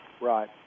Right